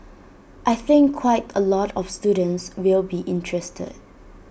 I think quite A lot of students will be interested